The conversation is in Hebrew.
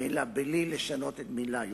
אלא בלי לשנות את "מלייהו".